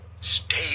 Stay